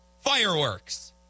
Fireworks